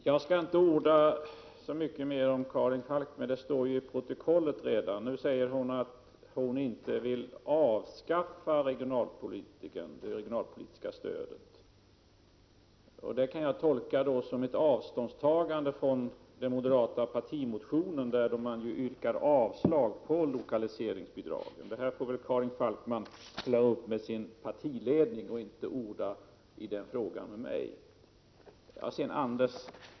Herr talman! Jag skall inte orda så mycket mer med Karin Falkmer — det står ju redan i protokollet. Nu säger hon att hon inte vill avskaffa det regionalpolitiska stödet. Det kan jag bara tolka som ett avståndstagande från den moderata partimotionen, där man yrkar avslag på lokaliseringsbidragen. Det här får nog Karin Falkmer klara upp med sin partiledning i stället för att orda med mig i den frågan.